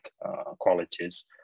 qualities